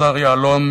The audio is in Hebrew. השר יעלון,